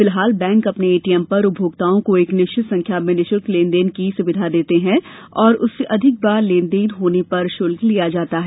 फिलहाल बैंक अपने एटीएम पर उपभोक्ताओं को एक निश्चित संख्या में निशुल्क लेनदेन की सुविधा देते हैं और उससे अधिक बार लेन देन होने पर शुल्क लिया जाता है